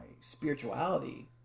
spirituality